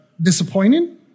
Disappointing